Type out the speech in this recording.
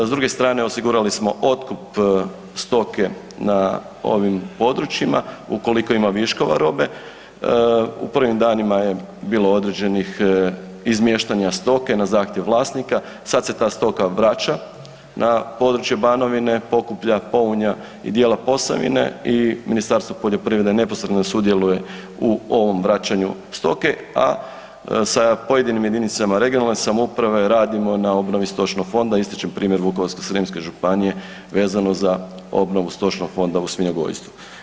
S druge strane, osigurali smo otkup stoke na ovim područjima, ukoliko ima viškova robe, u prvim danima je bilo određenih izmještanja stoke na zahtjev vlasnika, sad se ta stoka vraća na područje Banovina, Pokuplja, Pounja i dijela Posavine i Ministarstvo poljoprivrede neposredno sudjeluje u ovom vraćanju stoke, a sa pojedinim jedinicama regionalne samouprave radimo na obnovi stočnog fonda, ističem primjer Vukovarsko-srijemske županije vezano za obnovu stočnog fonda u svinjogojstvu.